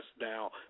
now